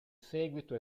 seguito